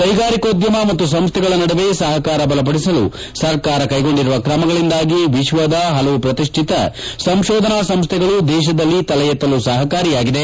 ಕೈಗಾರಿಕೋದ್ದಮ ಮತ್ತು ಸಂಸ್ಥೆಗಳ ನಡುವೆ ಸಹಕಾರ ಬಲಪಡಿಸಲು ಸರ್ಕಾರ ಕೈಗೊಂಡಿರುವ ಕ್ರಮಗಳಿಂದಾಗಿ ವಿಶ್ವದ ಹಲವು ಪ್ರತಿಷ್ಠಿತ ಸಂಶೋಧನಾ ಸಂಶ್ನೆಗಳು ದೇಶದಲ್ಲಿ ತಲೆ ಎತ್ತಲು ಸಹಕಾರಿಯಾಗಿದೆ